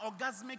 orgasmic